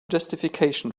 justification